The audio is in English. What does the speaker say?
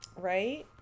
Right